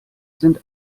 sind